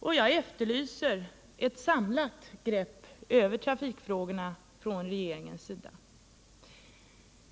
Jag efterlyser ett trafikanter Om åtgärder för att förbättra servicen åt kollektivtrafikanter samlat grepp över trafikfrågorna från regeringens sida.